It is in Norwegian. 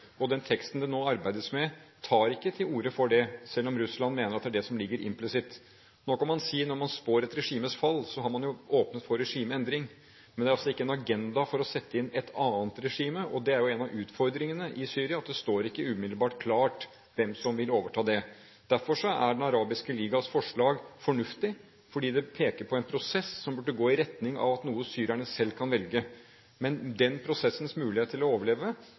Den teksten det nå arbeides med, tar ikke til orde for det, selv om Russland mener det er det som ligger implisitt. Nå kan man si at når man spår et regimes fall, har man åpnet for regimeendring, men det er altså ikke en agenda å sette inn et annet regime. Det er en av utfordringene i Syria, at det ikke umiddelbart er klart hvem som vil overta det. Derfor er Den arabiske ligas forslag fornuftig fordi det peker på en prosess som burde gå i retning av noe syrerne selv kan velge. Den prosessens mulighet til å overleve